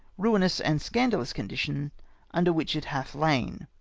ruinous, and scandalous condition under which it hath lain,